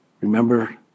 Remember